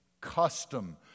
custom